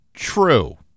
True